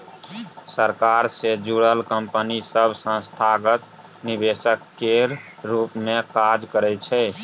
सरकार सँ जुड़ल कंपनी सब संस्थागत निवेशक केर रूप मे काज करइ छै